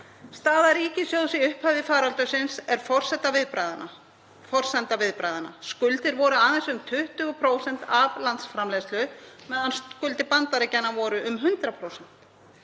Staða ríkissjóðs í upphafi faraldursins er forsenda viðbragðanna. Skuldir voru aðeins um 20% af landsframleiðslu meðan skuldir Bandaríkjanna voru um 100%.